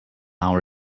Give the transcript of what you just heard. our